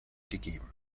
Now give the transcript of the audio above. gegeben